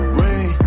rain